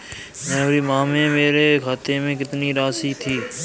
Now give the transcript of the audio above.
जनवरी माह में मेरे खाते में कितनी राशि थी?